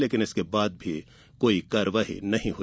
लेकिन इसके बाद भी कोई कार्यवाई नहीं हुई